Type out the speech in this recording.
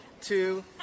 two